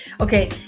Okay